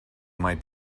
might